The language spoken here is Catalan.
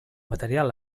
material